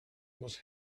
was